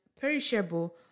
perishable